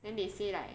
then they say like